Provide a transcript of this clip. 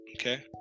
Okay